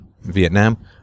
Vietnam